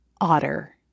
otter